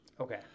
Okay